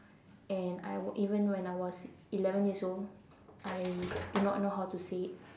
and I even when I was eleven years old I do not know how to say it